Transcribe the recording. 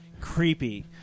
creepy